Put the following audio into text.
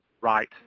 right